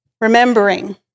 remembering